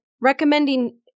recommending